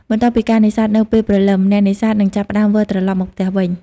បន្ទាប់ពីការនេសាទនៅពេលព្រលឹម អ្នកនេសាទនឹងចាប់ផ្ដើមវិលត្រឡប់មកផ្ទះវិញ។